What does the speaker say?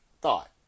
thought